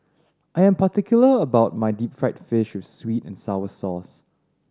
I am particular about my deep fried fish with sweet and sour sauce